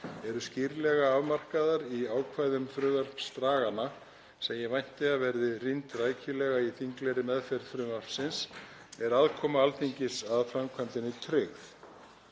eru skýrlega afmarkaðir í ákvæðum frumvarpsdraganna, sem ég vænti að verði rýnd rækilega í þinglegri meðferð frumvarpsins, er aðkoma Alþingis að framkvæmdinni tryggð.